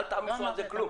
אל תעמיסו על זה כלום.